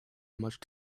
much